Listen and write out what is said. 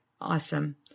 awesome